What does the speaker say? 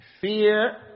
Fear